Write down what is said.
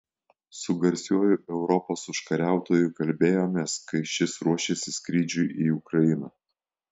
su garsiuoju europos užkariautoju kalbėjomės kai šis ruošėsi skrydžiui į ukrainą